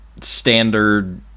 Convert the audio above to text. standard